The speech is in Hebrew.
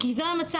כי זה המצב.